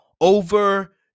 over